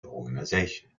organisation